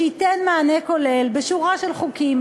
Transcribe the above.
שייתן מענה כולל בשורה של חוקים,